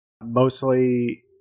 mostly